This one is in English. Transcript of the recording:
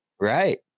right